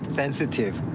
sensitive